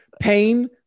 pain